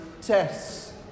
tests